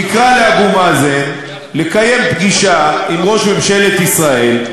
תקרא לאבו מאזן לקיים פגישה עם ראש ממשלת ישראל,